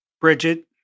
Bridget